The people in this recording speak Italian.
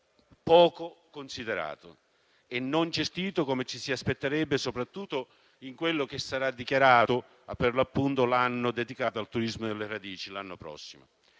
poco considerato e non gestito come ci si aspetterebbe, soprattutto in quello che sarà dichiarato l'anno dedicato al turismo delle radici, ossia il prossimo